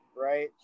right